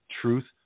Truth